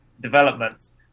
developments